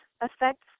affects